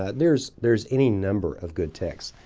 ah there's there's any number of good texts.